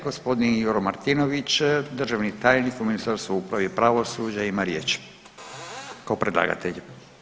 Gospodin Juro Martinović, državni tajnik u Ministarstvu uprave i pravosuđa ima riječ kao predlagatelj.